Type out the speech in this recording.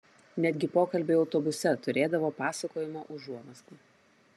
netgi pokalbiai autobuse turėdavo pasakojimo užuomazgų